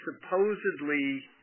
supposedly